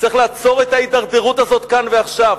צריך לעצור את ההידרדרות הזאת כאן ועכשיו.